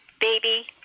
Baby